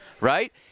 right